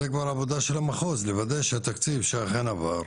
זו כבר עבודה של המחוז לוודא שהתקציב שלכם עבר,